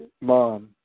mom